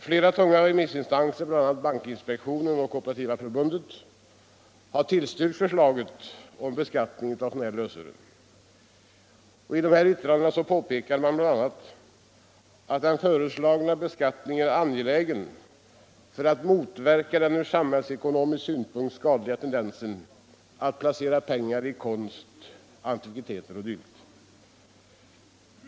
Flera tunga remissinstanser, bl.a. bankinspektionen och Kooperativa förbundet, har tillstyrkt förslaget om beskattning av sådant här lösöre. I yttrandena påpekas bl.a. att den föreslagna beskattningen är angelägen för att motverka den från samhällsekonomisk synpunkt skadliga tendensen att placera pengar i konst, antikviteter o. d.